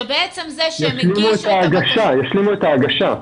שבעצם זה שהם יגישו --- ישלימו את ההגשה.